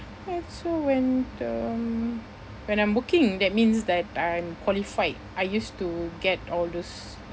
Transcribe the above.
uh so when the um when I'm working that means that I'm qualified I used to get all those